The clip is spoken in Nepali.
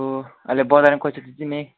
अब अहिले बजारमा